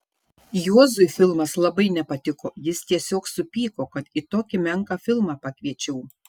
juozui filmas labai nepatiko jis tiesiog supyko kad į tokį menką filmą pakviečiau